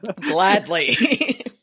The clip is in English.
gladly